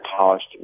polished